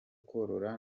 korora